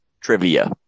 trivia